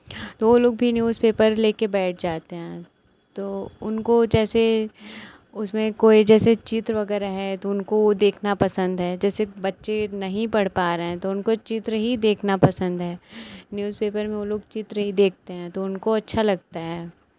तो ओ लोग भी न्यूज़पेपर ले के बैठ जाते हैं तो उनको जैसे उसमें कोई जैसे चित्र वगैरह हैं तो वो देखना पसंद है जैसे बच्चे नहीं पढ़ पा रहे हैं तो उनको चित्र ही देखना पसंद है न्यूज़पेपर में वो लोग चित्र ही देखते हैं तो उनको अच्छा लगता है